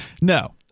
No